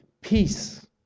peace